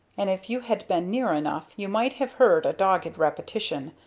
and if you had been near enough you might have heard a dogged repetition,